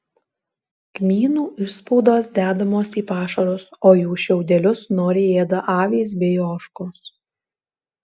kmynų išspaudos dedamos į pašarus o jų šiaudelius noriai ėda avys bei ožkos